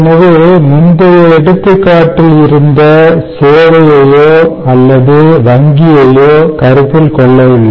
எனவே முந்தைய எடுத்துக்காட்டில் இருந்த சேவையையோ அல்லது வங்கியையோ கருத்தில் கொள்ளவில்லை